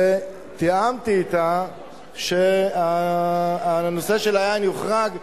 ותיאמתי אתה שהנושא של היין יוחרג,